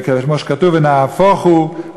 וכמו שכתוב: ונהפוך הוא,